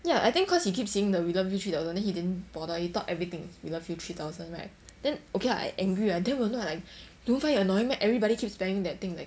ya I think cause he keep seeing the we love you three thousand then he didn't bother he thought everything is we love you three thousand right then okay lah I angry I damn annoyed don't find it annoying meh everybody keep spamming that thing like